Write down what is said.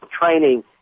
training